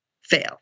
fail